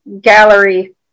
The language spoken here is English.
gallery